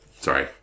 Sorry